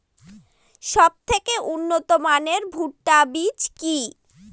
সবথেকে উন্নত মানের ভুট্টা বীজ কি?